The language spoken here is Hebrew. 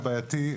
זה סד בעייתי.